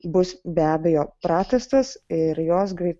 bus be abejo pratęstos ir jos greitai